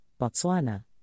Botswana